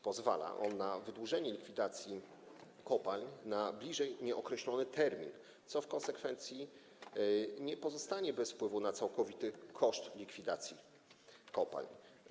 Pozwala on na wydłużenie likwidacji kopalń, odsunięcie na bliżej nieokreślony termin, co w konsekwencji nie pozostanie bez wpływu na całkowity koszt likwidacji kopalń.